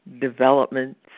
developments